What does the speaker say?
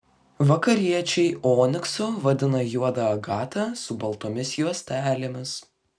vakariečiai oniksu vadina juodą agatą su baltomis juostelėmis